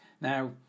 Now